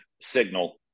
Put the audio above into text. signal